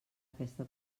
aquesta